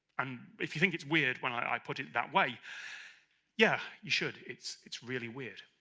and if you think it's weird when i put it that way yeah, you should it's. it's really weird.